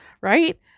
Right